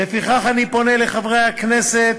ולפיכך אני פונה לחברי הכנסת